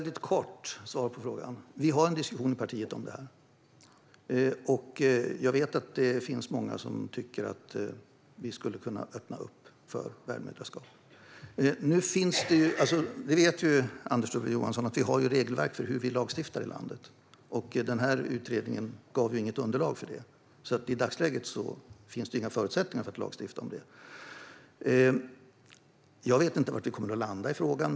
Herr talman! Låt mig ge ett väldigt kort svar på frågan. Vi har en diskussion om detta i partiet. Jag vet att det finns många som tycker att vi skulle kunna öppna för värdmoderskap. Nu vet Anders W Jonsson att vi har regelverk för hur vi lagstiftar i landet. Den här utredningen har inte gett något underlag för detta. I dagsläget finns det alltså inga förutsättningar för att lagstifta om detta. Jag vet inte var vi kommer att landa i frågan.